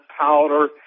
powder